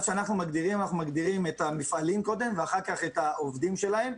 אנחנו מגדירים קודם את המפעלים ואחר כך את העובדים שלהם.